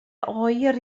oer